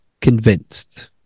convinced